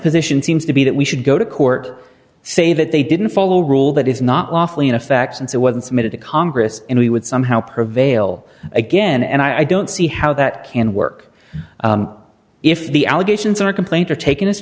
position seems to be that we should go to court say that they didn't follow rule that is not lawfully in effect since it wasn't submitted to congress and we would somehow prevail again and i don't see how that can work if the allegations in a complaint are taken